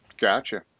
Gotcha